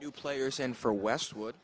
new players and for westwood